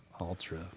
Ultra